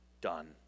done